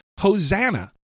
Hosanna